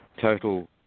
total